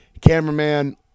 Cameraman